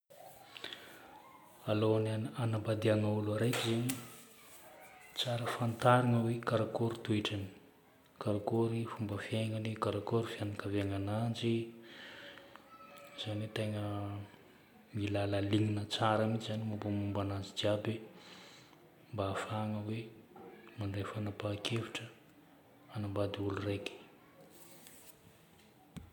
Alohan'ny hanambadianao olo araiky zagny, tsara fantarina hoe karakory toetrany, karakory fomba fiaignany, karakory fianakavianananjy. Izany hoe tegna mila halalignina tsara mihitsy zagny mombamombananjy jiaby mba hahafahana hoe mandray fanapahan-kevitra hanambady olo raiky.